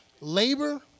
labor